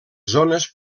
zones